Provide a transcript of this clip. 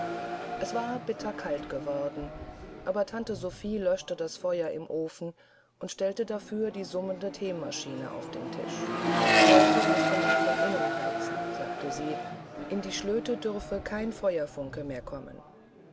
es war bitter kalt geworden aber tante sophie löschte das feuer im ofen und stellte dafür die summende theemaschine auf den tisch heute müsse man von innen heizen sagte sie in die schlöte dürfe kein feuerfunke mehr kommen